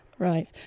Right